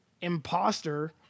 Imposter